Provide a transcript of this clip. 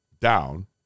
down